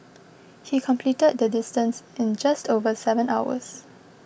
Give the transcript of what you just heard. he completed the distance in just over seven hours